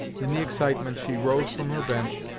in the excitement she rose from her bench,